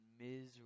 miserable